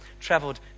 traveled